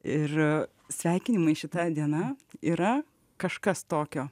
ir sveikinimai šita diena yra kažkas tokio